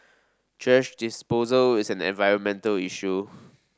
thrash disposal is an environmental issue